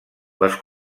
les